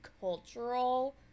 cultural